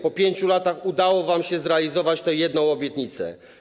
Po 5 latach udało wam się zrealizować tę jedną obietnicę.